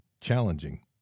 challenging